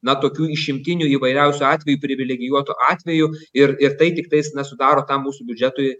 na tokių išimtinių įvairiausių atvejų privilegijuotų atvejų ir ir tai tiktais na sudaro mūsų biudžetui